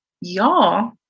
y'all